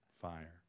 fire